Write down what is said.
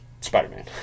Spider-Man